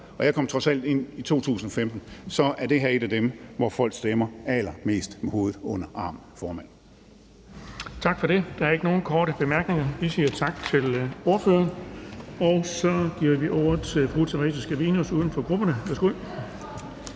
og jeg kom trods alt ind i 2015, er det her et, hvor folk stemmer allermest med hovedet under armen, formand.